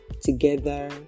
together